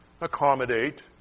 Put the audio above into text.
accommodate